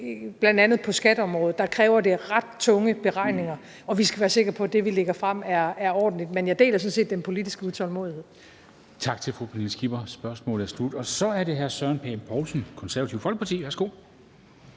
at det bl.a. på skatteområdet kræver ret tunge beregninger, og vi skal være sikre på, at det, vi lægger frem, er ordentligt. Men jeg deler sådan set den politiske utålmodighed. Kl. 13:46 Formanden (Henrik Dam Kristensen): Tak til fru Pernille Skipper. Spørgsmålet er slut, og så er det hr. Søren Pape Poulsen, Det Konservative Folkeparti. Værsgo.